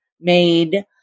made